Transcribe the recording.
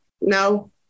No